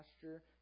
pasture